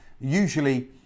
usually